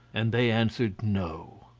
and they answered no.